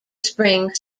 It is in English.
spring